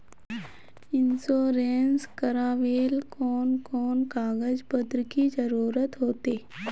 Insurance करावेल कोन कोन कागज पत्र की जरूरत होते?